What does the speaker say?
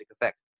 effect